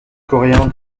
coréen